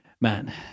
man